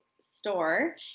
store